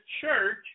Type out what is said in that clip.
church